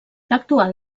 l’actual